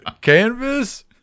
canvas